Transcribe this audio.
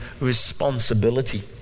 responsibility